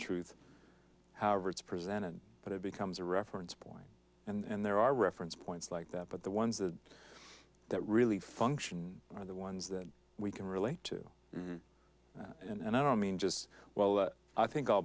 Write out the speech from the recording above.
truth however it's presented but it becomes a reference point and there are reference points like that but the ones that that really function are the ones that we can relate to and i don't mean just well i think